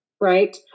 right